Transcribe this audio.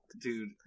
Dude